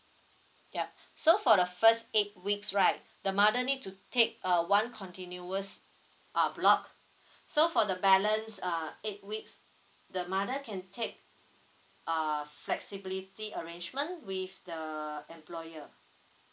yup so for the first eight weeks right the mother need to take uh one continuous uh block so for the balance uh eight weeks the mother can take uh flexibility arrangement with the employer